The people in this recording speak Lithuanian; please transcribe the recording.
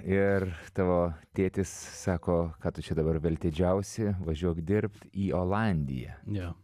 ir tavo tėtis sako ką tu čia dabar veltėdžiausi važiuok dirbt į olandiją